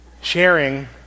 sharing